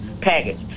package